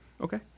Okay